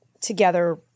together